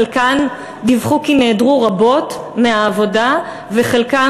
חלקן דיווחו כי נעדרו רבות מהעבודה וחלקן